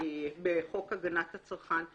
בחוק הגנת הצרכן,